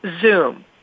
Zoom